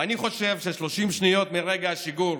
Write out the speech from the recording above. ואני חושב ש-30 שניות מרגע השיגור